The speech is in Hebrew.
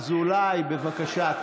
אזולאי, בבקשה.